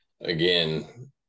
again